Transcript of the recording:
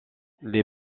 les